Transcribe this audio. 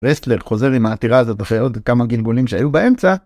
ראסטלר חוזר עם העתירה הזאת אחרי עוד כמה גלגולים שהיו באמצע.